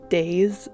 days